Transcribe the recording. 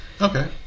Okay